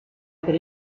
per